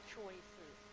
choices